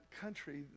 country